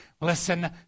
Listen